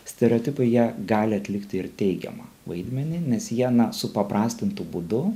stereotipai jie gali atlikti ir teigiamą vaidmenį nes jie na supaprastintu būdu